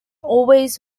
always